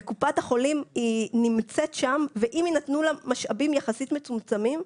וקופת החולים נמצאת שם ואם יינתנו לה משאבים יחסית מצומצמים,